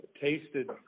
tasted